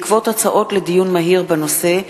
בעקבות דיון מהיר בנושא: